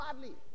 badly